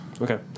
okay